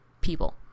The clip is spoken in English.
people